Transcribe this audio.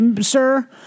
sir